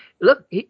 look